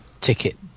ticket